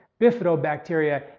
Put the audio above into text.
bifidobacteria